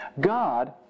God